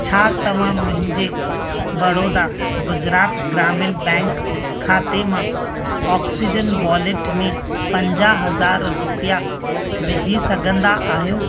छा तव्हां मुंहिंजे बड़ोदा गुजरात ग्रामीण बैंक खाते मां ऑक्सीजन वॉलेट में पंजाहु हज़ार रुपिया विझी सघंदा आहियो